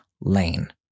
Lane